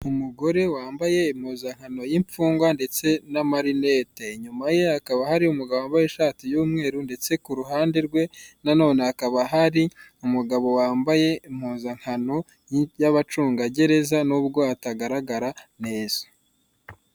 Umugore wambaye impuzankano y' imfungwa ndetse n' amarinete, inyuma ye hakaba hari umugabo wambaye ishati y' umweru ndetse ku ruhande rwe nanone hakaba hari umugabo wambaye impuzankano y' abacungagereza nubwo hatagaragara neza.